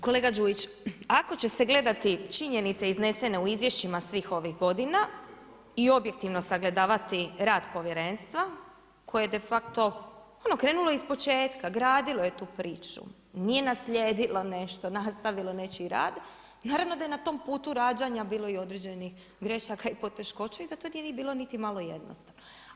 Kolega Đujić, ako će se gledati činjenice iznesene u izvješćima svih ovih godina i objektivno sagledavati rad povjerenstva koje je de facto, ono krenulo ispočetka, gradilo je tu priču, nije naslijedilo nešto, nastavilo nečiji rad, naravno da je na tom putu rađanja bilo i određenih grešaka i poteškoća i da to nije ni bilo niti malo jednostavno.